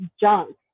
junk